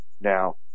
now